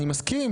אני מסכים.